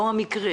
כאן זה לא המקרה.